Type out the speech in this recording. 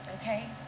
Okay